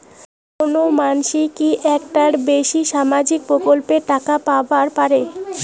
কোনো মানসি কি একটার বেশি সামাজিক প্রকল্পের টাকা পাবার পারে?